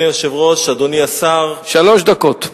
שלוש דקות.